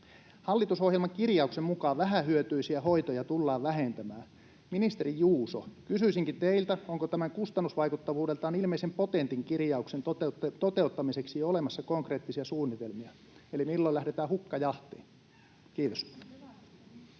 Hallitusohjelman kirjauksen mukaan vähähyötyisiä hoitoja tullaan vähentämään. Ministeri Juuso, kysyisinkin teiltä: onko tämän kustannusvaikuttavuudeltaan ilmeisen potentin kirjauksen toteuttamiseksi jo olemassa konkreettisia suunnitelmia, eli milloin lähdetään hukkajahtiin? — Kiitos. Kiitoksia.